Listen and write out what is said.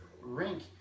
rink